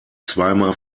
zweimal